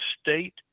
state